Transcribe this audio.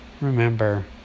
remember